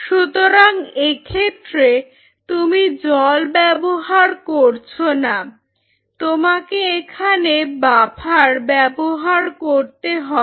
সুতরাং এক্ষেত্রে তুমি জল ব্যবহার করছ না তোমাকে এখানে বাফার ব্যবহার করতে হবে